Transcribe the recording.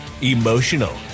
emotional